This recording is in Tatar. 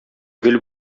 гөл